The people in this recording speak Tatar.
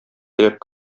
теләп